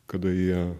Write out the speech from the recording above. kada jie